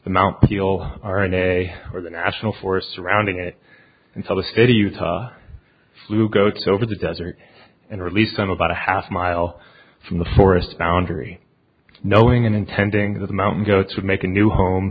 the mount peel r n a or the national forest surrounding it and so the state of utah flew goats over the desert and released them about a half mile from the forest boundary knowing intending the mountain goats would make a new home